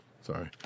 sorry